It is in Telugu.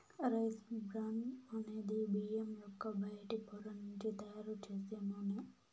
రైస్ బ్రాన్ అనేది బియ్యం యొక్క బయటి పొర నుంచి తయారు చేసే నూనె